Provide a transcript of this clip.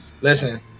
listen